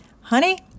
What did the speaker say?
Honey